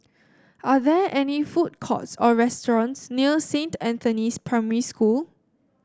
are there any food courts or restaurants near Saint Anthony's Primary School